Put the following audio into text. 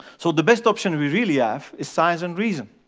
so the best option we really have is science and reason.